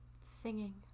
Singing